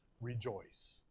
rejoice